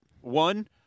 One